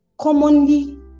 commonly